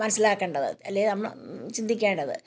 മനസ്സിലാക്കേണ്ടത് അല്ലെങ്കിൽ നമ്മൾ ചിന്തിക്കേണ്ടത്